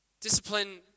Discipline